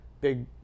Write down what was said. big